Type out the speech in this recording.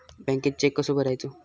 बँकेत चेक कसो भरायचो?